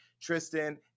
Tristan